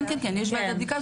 כן כן כן, יש ועדת בדיקה.